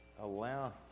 allow